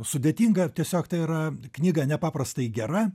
sudėtinga tiesiog tai yra knyga nepaprastai gera